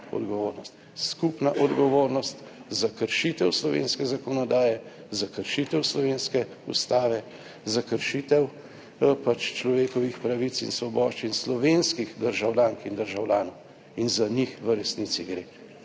odgovornost, skupna odgovornost za kršitev slovenske zakonodaje, za kršitev slovenske Ustave, za kršitev pač človekovih pravic in svoboščin slovenskih državljank in državljanov in za njih v resnici gre